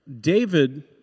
David